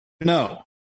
No